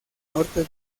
norte